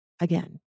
Again